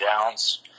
downs